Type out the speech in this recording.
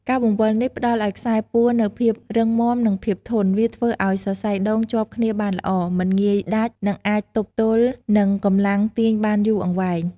ការបង្វិលនេះផ្តល់ឱ្យខ្សែពួរនូវភាពរឹងមាំ និងភាពធន់ វាធ្វើឲ្យសរសៃដូងជាប់គ្នាបានល្អ មិនងាយដាច់ និងអាចទប់ទល់នឹងកម្លាំងទាញបានយូរអង្វែង។។